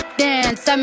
dance